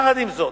יחד עם זאת,